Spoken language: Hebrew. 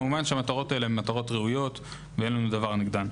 כמובן שהמטרות הללו ראויות ואין לנו דבר נגדן.